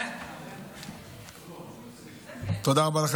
תודה רבה.